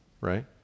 right